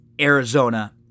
Arizona